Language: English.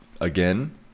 again